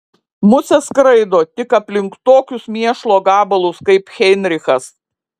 musės skraido tik aplink tokius mėšlo gabalus kaip heinrichas